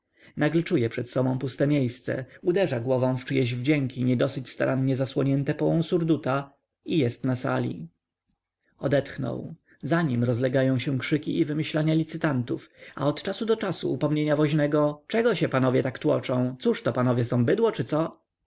nagle czuje przed sobą puste miejsce uderza głową w czyjeś wdzięki niedosyć starannie zasłonięte połą surduta i jest w sali odetchnął za nim rozlegają się krzyki i wymyślania licytantów a od czasu do czasu upomnienia woźnego czego panowie tak się tłoczą cóżto panowie są bydło czy co